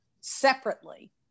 separately